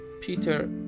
Peter